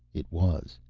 it was.